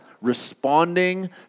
responding